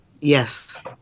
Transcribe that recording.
Yes